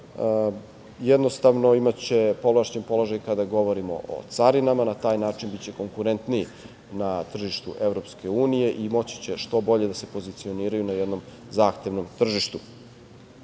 Jednostavno imaće povlašćen položaj kada govorimo o carinama na taj način biće konkurentniji na tržištu EU i moći će što bolje da se pozicioniraju na jednom zahtevnom tržištu. Da